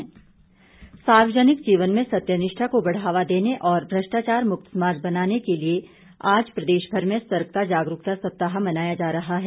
सतर्कता सप्ताह सार्वजनिक जीवन में सत्यनिष्ठा को बढ़ावा देने और भ्रष्टाचार मुक्त समाज बनाने के लिए आज प्रदेश भर में सतर्कता जागरूकता सप्ताह मनाया जा रहा है